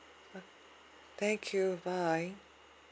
thank you bye